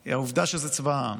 הוא העובדה שזה צבא העם